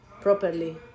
properly